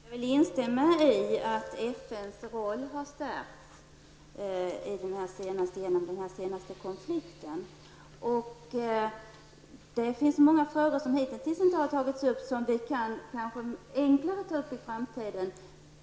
Herr talman! Jag vill instämma i att FNs roll har stärkts i den senaste konflikten. Det finns många frågor som hitintills inte har tagits upp men som vi kanske enklare kan ta upp i framtiden.